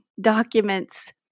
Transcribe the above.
documents